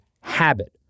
habit